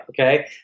Okay